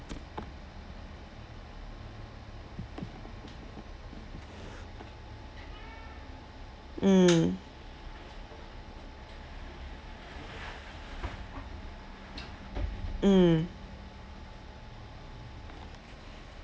mm mm